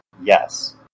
Yes